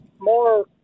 more